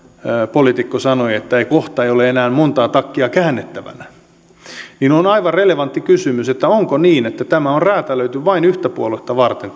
poliitikko sanoi että kohta ei ole enää monta takkia käännettävänä tämä on siis aivan relevantti kysymys onko niin että tämä lakiesitys on räätälöity vain yhtä puoluetta varten